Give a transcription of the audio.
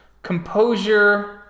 Composure